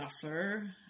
suffer